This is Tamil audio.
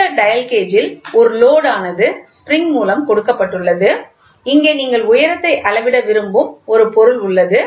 இந்த டயல் கேஜில் ஒரு லோடு ஆனது ஸ்ப்ரிங் மூலம் கொடுக்கப்பட்டுள்ளது இங்கே நீங்கள் உயரத்தை அளவிட விரும்பும் ஒரு பொருள் உள்ளது